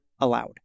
allowed